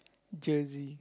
jersey